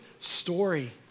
story